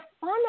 fun